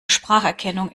spracherkennung